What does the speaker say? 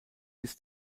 bis